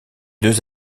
deux